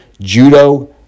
Judo-